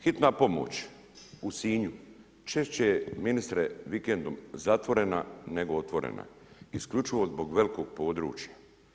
Hitna pomoć u Sinju češće je ministre vikendom zatvorena nego otvorena, isključivo zbog velkog područja.